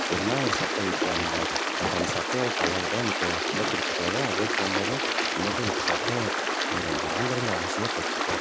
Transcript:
என்ன ஒரு சட்டை விக்கிறாங்க எனக்கு அந்த சட்டையோட கலர் தான் எனக்கு ரொம்ப பிடித்த கலரு அதே போகும்போது இனிமேட்டு எனக்கு சட்டை எனக்கு வாங்கணும்ங்கிற ஆசையே போச்சுப்போ